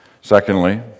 Secondly